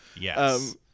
Yes